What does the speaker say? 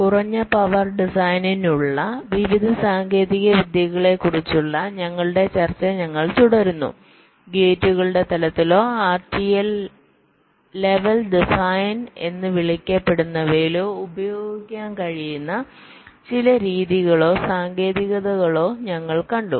കുറഞ്ഞ പവർ ഡിസൈനിനുള്ള വിവിധ സാങ്കേതിക വിദ്യകളെക്കുറിച്ചുള്ള ഞങ്ങളുടെ ചർച്ച ഞങ്ങൾ തുടരുന്നു ഗേറ്റുകളുടെ തലത്തിലോ RTL ലെവൽ ഡിസൈൻ എന്ന് വിളിക്കപ്പെടുന്നവയിലോ ഉപയോഗിക്കാൻ കഴിയുന്ന ചില രീതികളോ സാങ്കേതികതകളോ ഞങ്ങൾ കണ്ടു